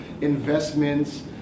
investments